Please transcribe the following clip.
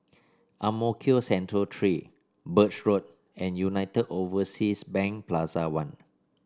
Ang Mo Kio Central Three Birch Road and United Overseas Bank Plaza One